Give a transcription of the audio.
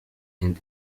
and